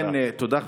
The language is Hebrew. כן, תודה.